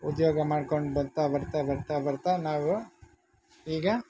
ಉದ್ಯೋಗ ಮಾಡ್ಕೊಂಡು ಬರ್ತಾ ಬರ್ತಾ ಬರ್ತಾ ಬರ್ತಾ ನಾವು ಈಗ